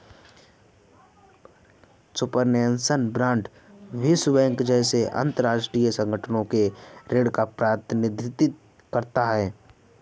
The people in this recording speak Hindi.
सुपरनैशनल बांड विश्व बैंक जैसे अंतरराष्ट्रीय संगठनों के ऋण का प्रतिनिधित्व करते हैं